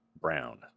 Brown